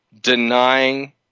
Denying